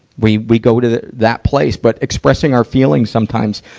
we, we go to that place. but expressing our feelings sometimes,